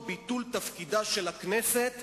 או ככל שאנחנו נעמיק אותה כך אנחנו נמשול יותר זמן.